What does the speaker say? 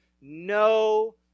no